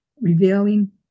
revealing